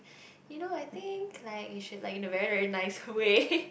you know I think like you should like in a very very nice way